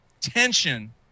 tension